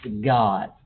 God